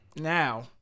Now